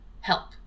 help